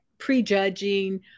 Prejudging